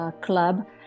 club